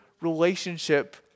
relationship